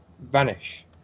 vanish